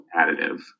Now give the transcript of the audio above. additive